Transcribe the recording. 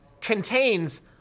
contains